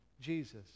Jesus